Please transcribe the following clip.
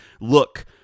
look